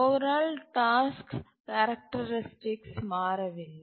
over all task characteristic மாறவில்லை